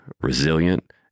resilient